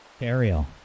Ariel